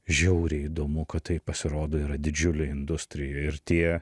žiauriai įdomu kad tai pasirodo yra didžiulė industrija ir tie